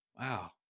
Wow